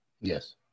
Yes